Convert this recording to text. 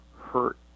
hurt